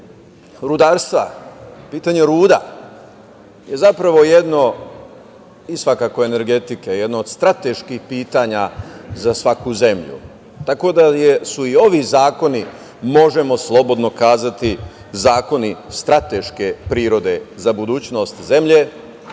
rudarstva, pitanje ruda i energetike je zapravo jedno od strateških pitanja za svaku zemlju, tako da su i ovi zakoni, možemo slobodno kazati, zakoni strateške prirode za budućnost zemlje,